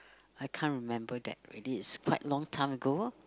I can't remember that already it's quite long time ago